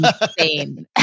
insane